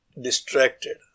distracted